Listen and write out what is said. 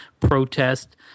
protest